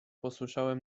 posłyszałem